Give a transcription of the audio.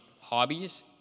hobbies